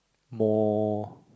more